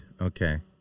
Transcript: okay